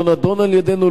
לא נדון על-ידינו,